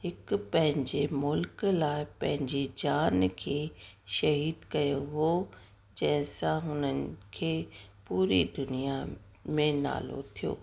हिकु पंहिंजे मुल्क लाइ पंहिंजी जान खे शहीद कयो हुओ जंहिंसां हुननि खे पूरी दुनिया में नालो थियो